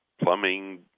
plumbing